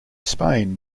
spain